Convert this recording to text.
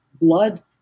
blood